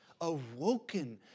awoken